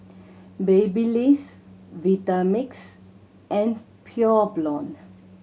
Babyliss Vitamix and Pure Blonde